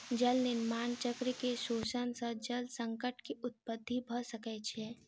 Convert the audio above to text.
जल निर्माण चक्र के शोषण सॅ जल संकट के उत्पत्ति भ सकै छै